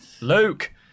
Luke